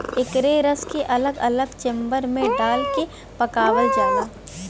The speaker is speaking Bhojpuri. एकरे रस के अलग अलग चेम्बर मे डाल के पकावल जाला